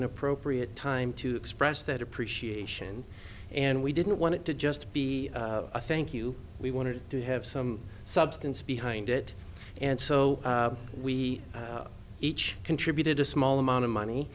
an appropriate time to express that appreciation and we didn't want it to just be a thank you we wanted to have some substance behind it and so we each contributed a small amount of money